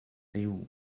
they